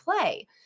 play